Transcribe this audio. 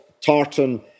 tartan